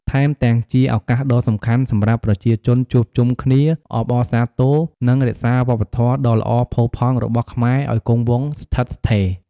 ថែមទាំងជាឱកាសដ៏សំខាន់សម្រាប់ប្រជាជនជួបជុំគ្នា អបអរសាទរ និងរក្សាវប្បធម៌ដ៏ល្អផូរផង់របស់ខ្មែរឱ្យគង់វង្សស្ថិតស្ថេរ។